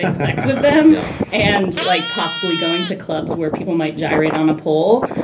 but sex with them and like possibly going to clubs where people might gyrate on a pole.